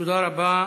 תודה רבה.